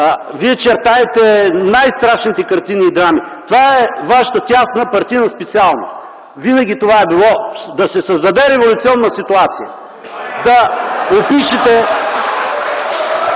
вие чертаете най-страшните картини и драми. Това е вашата тясна партийна специалност. Винаги това е било – да се създаде революционна ситуация. (Силен